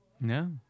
No